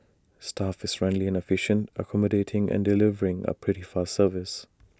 staff is friendly and efficient accommodating and delivering A pretty fast service